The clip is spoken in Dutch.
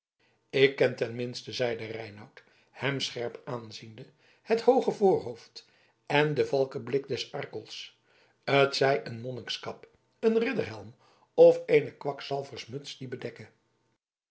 ik ken ten minste zeide reinout hem scherp aanziende het hooge voorhoofd en den valkenblik der arkels t zij een monnikskap een ridderhelm of eene kwakzalversmuts die bedekke